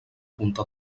punta